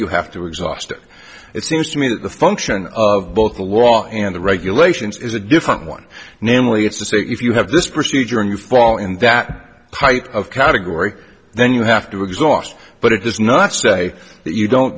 you have to exhaust it seems to me the function of both the law and the regulations is a different one namely it's to say if you have this procedure and you fall in that type of category then you have to exhaust but it does not say that you don't